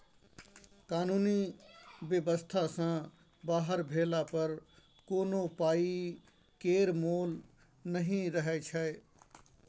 कानुनी बेबस्था सँ बाहर भेला पर कोनो पाइ केर मोल नहि रहय छै